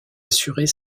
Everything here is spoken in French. assurer